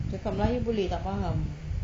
cakap melayu boleh tak faham